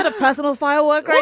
ah president firework.